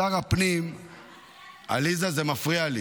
שר הפנים, עליזה, זה מפריע לי.